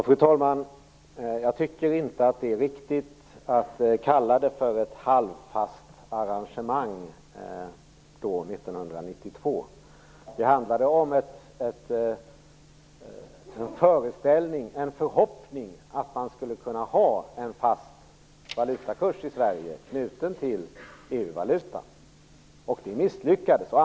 Fru talman! Jag tycker inte att det var riktigt att kalla det som hände 1992 för ett halvfast arrangemang. Man hade ju en förhoppning om att det skulle gå att ha en fast valutakurs i Sverige som var ansluten till EU-valutan. Men detta misslyckades.